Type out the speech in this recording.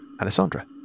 Alessandra